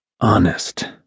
Honest